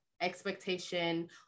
expectation